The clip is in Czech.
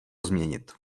změnit